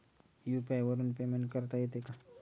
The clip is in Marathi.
यु.पी.आय वरून पेमेंट करता येते का?